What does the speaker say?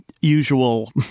usual